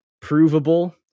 provable